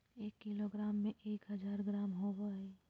एक किलोग्राम में एक हजार ग्राम होबो हइ